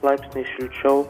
laipsniais šilčiau